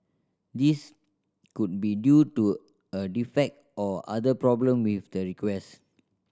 this could be due to a defect or other problem with the request